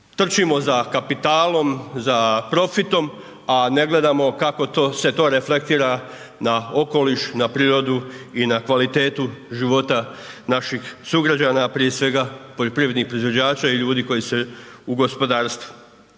trčimo za kapitalom, za profitom a ne gledamo kako to se reflektira na okoliš, na prirodu i na kvalitetu života naših sugrađana a prije svega poljoprivrednih proizvođača i ljudi koji su u gospodarstvu.